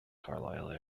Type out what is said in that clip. carlisle